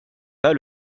pas